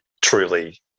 truly